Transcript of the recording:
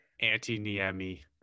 Anti-Niemi